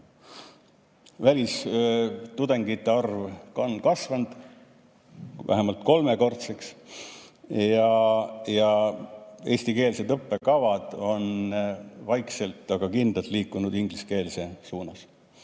Välistudengite arv on kasvanud vähemalt kolmekordseks ja eestikeelsed õppekavad on vaikselt, aga kindlalt liikunud ingliskeelse suunas.